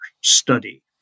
study